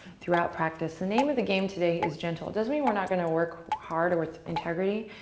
throughout practice. the name of the game today is gentle. it doesn't mean we're not gonna work hard or with integrity,